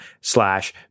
slash